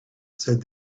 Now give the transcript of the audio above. said